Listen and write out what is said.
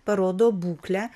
parodo būklę